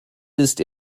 ist